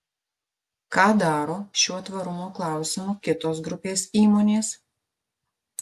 ką daro šiuo tvarumo klausimu kitos grupės įmonės